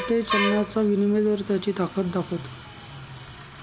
कोणत्याही चलनाचा विनिमय दर त्याची ताकद दाखवतो